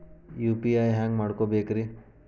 UPI ಹ್ಯಾಂಗ ಮಾಡ್ಕೊಬೇಕ್ರಿ?